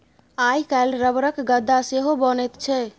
आइ काल्हि रबरक गद्दा सेहो बनैत छै